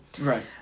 Right